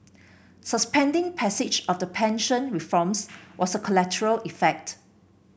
suspending passage of the pension reforms was a collateral effect